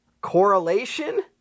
correlation